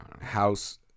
House